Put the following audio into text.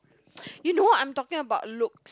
you know I'm talking about looks